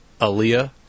Aaliyah